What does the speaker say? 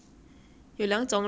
有两种的话 leh